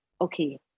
okay